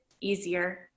easier